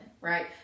right